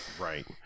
Right